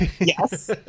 Yes